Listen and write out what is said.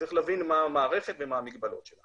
צריך להבין מה המערכת ומה המגבלות שלה.